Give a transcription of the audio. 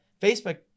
Facebook